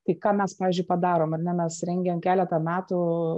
tai ką mes pavyzdžiui padarom ar ne mes rengėm keletą metų